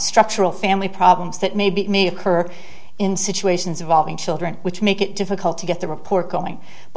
structural family problems that may be may occur in situations of valving children which make it difficult to get the report going but